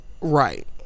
Right